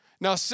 Now